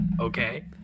okay